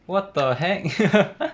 what the heck